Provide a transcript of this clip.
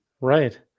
Right